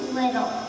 little